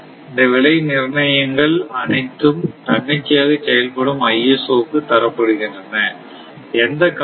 இந்த விலை நிர்ணய எங்கள் அனைத்தும் தன்னிச்சையாக செயல்படும் ISO க்கு தரப்படுகின்றன